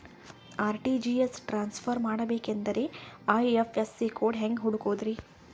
RTGS transfer ಮಾಡಬೇಕೆಂದರೆ IFSC code ಹೆಂಗ್ ಹುಡುಕೋದ್ರಿ?